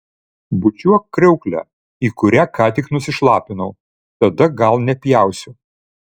bučiuok kriauklę į kurią ką tik nusišlapinau tada gal nepjausiu